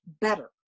better